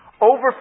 Over